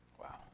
Wow